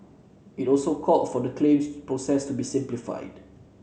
it also called for the claims process to be simplified